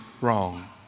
wrong